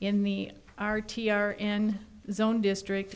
in the r t r in zone district